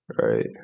Right